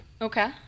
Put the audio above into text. Okay